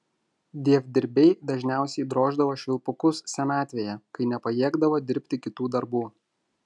dievdirbiai dažniausiai droždavo švilpukus senatvėje kai nepajėgdavo dirbti kitų darbų